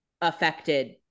affected